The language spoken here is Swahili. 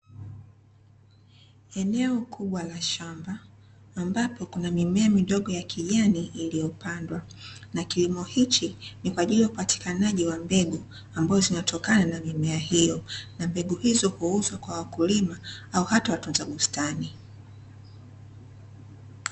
Eneo kubwa la shamba ambapo kuna mimea midogo ya kijani iliyopandwa. Na kilimo hichi ni kwa ajili ya upatikanaji wa mbegu ambazo zinatokana na mimea hiyo. Na mbegu hizo huuzwa kwa wakulima au hata watunza bustani.